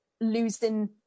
losing